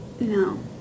No